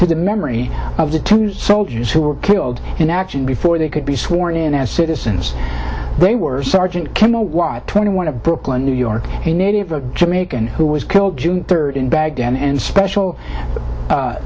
to the memory of the two soldiers who were killed in action before they could be sworn in as citizens they were sergeant kemo y twenty one of brooklyn new york a native jamaican who was killed june third in baghdad and special